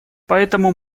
поэтому